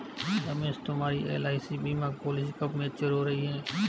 रमेश तुम्हारी एल.आई.सी बीमा पॉलिसी कब मैच्योर हो रही है?